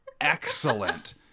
excellent